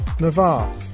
Navarre